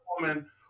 woman